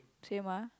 same ah